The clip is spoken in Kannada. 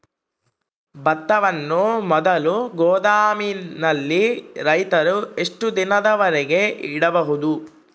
ಭತ್ತವನ್ನು ಮೊದಲು ಗೋದಾಮಿನಲ್ಲಿ ರೈತರು ಎಷ್ಟು ದಿನದವರೆಗೆ ಇಡಬಹುದು?